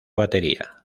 batería